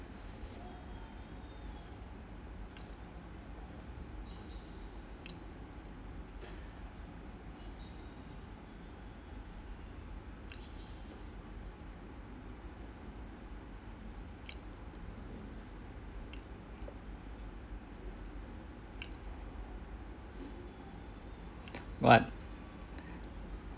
what